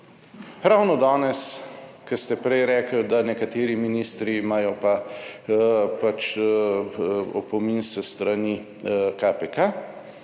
Ravno danes, ko ste prej rekli, da nekateri ministri imajo pa opomin s strani KPK